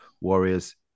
Warriors